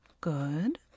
Good